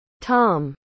Tom